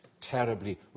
terribly